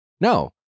no